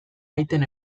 aiten